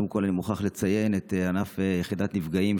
קודם כול אני מוכרח לציין את ענף יחידת נפגעים,